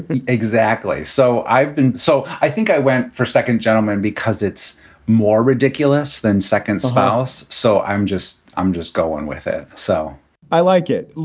exactly. so i've been so i think i went for second, gentlemen, because it's more ridiculous than second spouse. so i'm just i'm just going with it, so i like it.